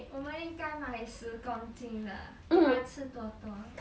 我们应该买十公斤的给她吃多多